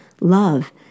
love